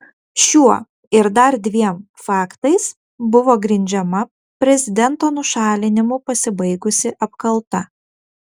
šiuo ir dar dviem faktais buvo grindžiama prezidento nušalinimu pasibaigusi apkalta